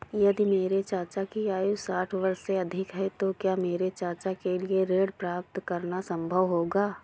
यदि मेरे चाचा की आयु साठ वर्ष से अधिक है तो क्या मेरे चाचा के लिए ऋण प्राप्त करना संभव होगा?